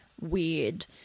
weird